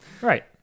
Right